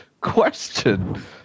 question